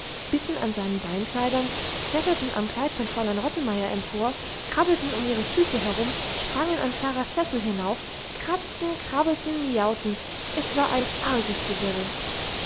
bissen an seinen beinkleidern kletterten am kleid von fräulein rottenmeier empor krabbelten um ihre füße herum sprangen an klaras sessel hinauf kratzten krabbelten miauten es war ein arges gewirre